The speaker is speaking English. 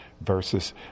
versus